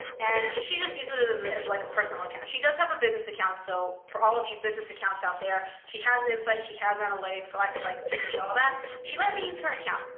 and she just uses it as like a personal account. she does have a business account, so for all of you business accounts out there, she has insight, she has analytics so i could like peek into all that. she let me use her account.